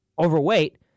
overweight